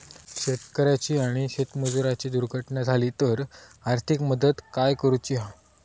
शेतकऱ्याची आणि शेतमजुराची दुर्घटना झाली तर आर्थिक मदत काय करूची हा?